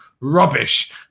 rubbish